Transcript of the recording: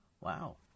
Wow